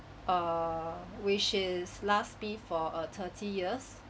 err which is last Me for a thirty years